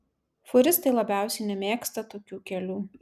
fūristai labiausiai nemėgsta tokių kelių